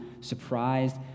surprised